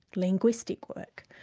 linguistic work,